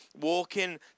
walking